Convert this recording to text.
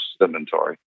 inventory